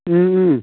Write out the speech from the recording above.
Om Om